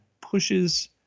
pushes